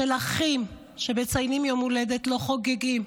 של אחים, מציינים יום הולדת, לא חוגגים,